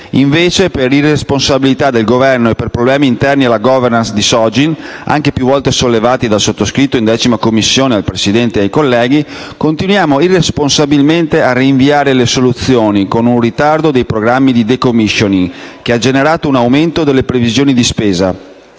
Invece, per irresponsabilità del Governo e per problemi interni alla *governance* di Sogin, più volte portati dal sottoscritto in 10a Commissione all'attenzione del Presidente e dei colleghi, continuiamo irresponsabilmente a rinviare le soluzioni, con un ritardo dei programmi di *decommissioning* che ha generato un aumento delle previsioni di spesa,